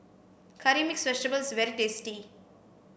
curry mixed vegetable is very tasty